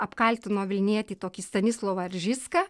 apkaltino vilnietį tokį stanislovą ržicką